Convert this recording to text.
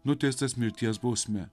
nuteistas mirties bausme